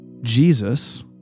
Jesus